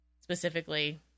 Specifically